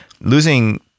Losing